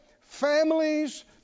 families